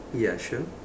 ya sure